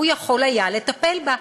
הוא יכול היה לטפל בה.